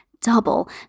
double